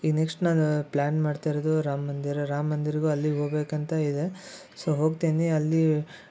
ಈಗ ನೆಕ್ಸ್ಟ್ ನಾನು ಪ್ಲ್ಯಾನ್ ಮಾಡ್ತಾಯಿರೋದು ರಾಮ ಮಂದಿರ ರಾಮ ಮಂದಿರ್ಗೂ ಅಲ್ಲಿಗೆ ಹೋಗ್ಬೇಕಂತ ಇದೆ ಸೊ ಹೋಗ್ತೀನಿ ಅಲ್ಲಿ